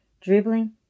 dribbling